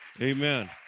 Amen